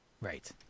Right